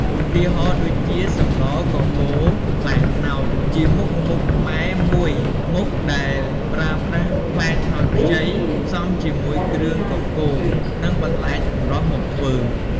ឧទាហរណ៍ដូចជា សម្លរកកូរផ្លែត្នោត ជាមុខម្ហូបខ្មែរមួយមុខដែលប្រើប្រាស់ផ្លែត្នោតខ្ចី ផ្សំជាមួយគ្រឿងកកូរ និងបន្លែចម្រុះមកធ្វើ។